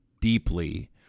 deeply